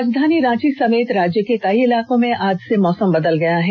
राजधानी रांची समेत राज्य के कई इलाकों में आज से मौसम बदल गया है